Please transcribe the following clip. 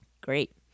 Great